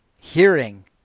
hearing